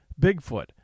Bigfoot